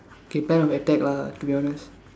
K kind of attack lah to be honest